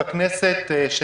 הכנסת,